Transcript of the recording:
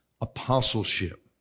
apostleship